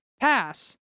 Pass